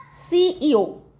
CEO